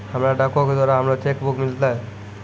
हमरा डाको के द्वारा हमरो चेक बुक मिललै